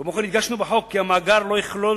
כמו כן הדגשנו בחוק כי במאגר לא ייכללו